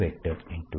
A A